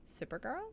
Supergirl